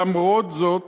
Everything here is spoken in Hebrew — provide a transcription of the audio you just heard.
למרות זאת